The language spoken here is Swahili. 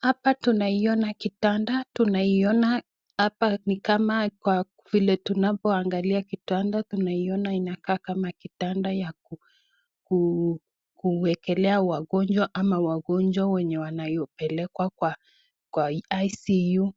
Hapa tunaiona kitanda. Tunaiona hapa ni kama kwa vile tunavyo angalia kitanda tunaona inakaa kama kitanda ya kuekelea wagonjwa ama wagonjwa wenye wanayopelekwa kwa [ICU].